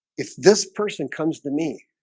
if this person comes to me